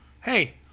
Hey